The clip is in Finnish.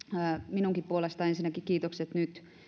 minunkin puolestani ensinnäkin kiitokset nyt